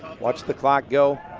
watch the clock go.